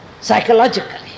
psychologically